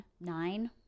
Nine